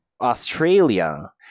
Australia